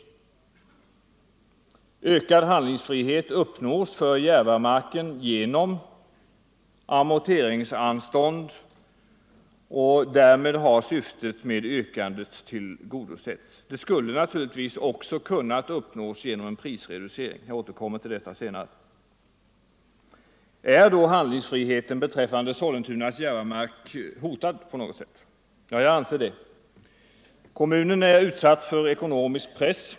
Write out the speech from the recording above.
Ökad handlingsfrihet uppnås för Järvamarken genom amorteringsanstånd, och därmed har syftet med yrkandet tillgodosetts. Det skulle naturligtvis också ha kunnat uppnås genom en prisreducering, och jag återkommer till den frågan senare. Är då handlingsfriheten beträffande Sollentunas Järvamark hotad på något sätt? Jag anser det. Kommunen är utsatt för ekonomisk press.